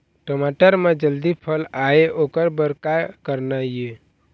टमाटर म जल्दी फल आय ओकर बर का करना ये?